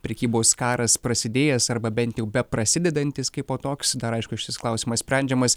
prekybos karas prasidėjęs arba bent jau be prasidedantis kaipo toks dar aišku šis klausimas sprendžiamas